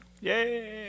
Yay